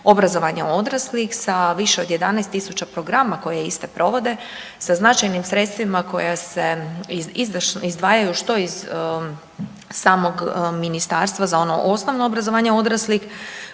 obrazovanje odraslih sa više od 11.000 programa koje iste provode sa značajnim sredstvima koja se izdašno izdvajaju što iz samog ministarstva za ono osnovno obrazovanje odraslih